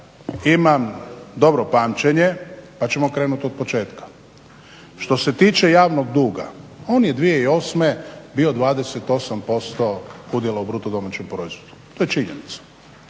imam dobro pamćenje pa ćemo krenuti otpočetka. Što se tiče javnog duga, on je 2008. bio 28% udjela u bruto domaćem proizvodu. On se u